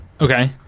Okay